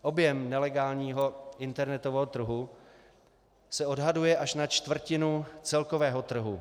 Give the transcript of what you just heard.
Objem nelegálního internetového trhu se odhaduje až na čtvrtinu celkového trhu.